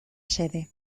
xede